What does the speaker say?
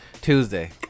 Tuesday